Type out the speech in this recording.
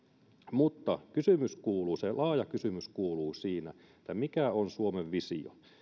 mutta se laaja kysymys kuuluu mikä on suomen visio